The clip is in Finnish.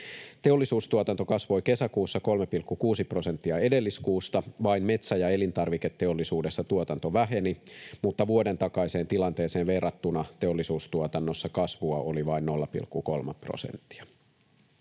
Teollisuustuotanto kasvoi kesäkuussa 3,6 prosenttia edelliskuusta. Vain metsä- ja elintarviketeollisuudessa tuotanto väheni, mutta vuoden takaiseen tilanteeseen verrattuna teollisuustuotannossa kasvua oli vain 0,3 prosenttia.